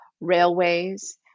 railways